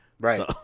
Right